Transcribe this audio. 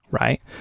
right